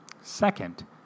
Second